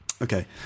okay